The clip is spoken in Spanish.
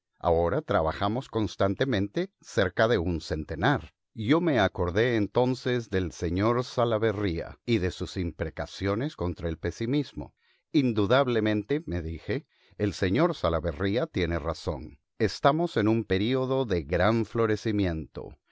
ahora trabajamos constantemente cerca de un centenar yo me acordé entonces del sr salaverría y de sus imprecaciones contra el pesimismo indudablemente me dije el sr salaverría tiene razón estamos en un período de gran florecimiento